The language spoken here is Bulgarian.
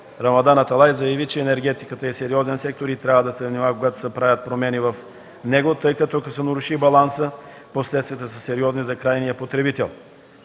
Рамадан Аталай заяви, че енергетиката е сериозен сектор и трябва да се внимава, когато се правят промени в него, тъй като ако се наруши балансът, последствията са сериозни за крайния потребител.